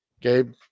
Gabe